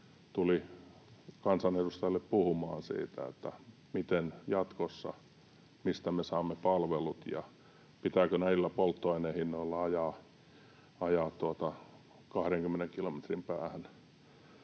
tuli kansanedustajalle puhumaan siitä, että miten jatkossa, mistä me saamme palvelut ja pitääkö näillä polttoaineen hinnoilla ajaa 20 kilometrin päähän.